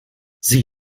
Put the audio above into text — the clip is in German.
sie